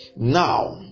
Now